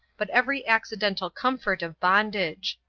but every accidental comfort of bondage.